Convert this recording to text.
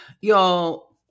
y'all